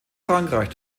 frankreich